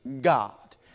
God